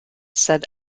said